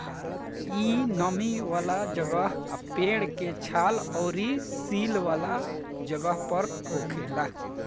इ नमी वाला जगह, पेड़ के छाल अउरी सीलन वाला जगह पर होखेला